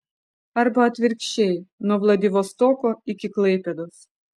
arba atvirkščiai nuo vladivostoko iki klaipėdos